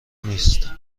نیست